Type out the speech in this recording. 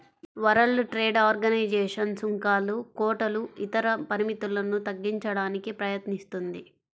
world Trade Organisation సుంకాలు, కోటాలు ఇతర పరిమితులను తగ్గించడానికి ప్రయత్నిస్తుంది